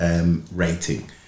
rating